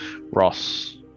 Ross